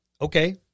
Okay